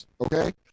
okay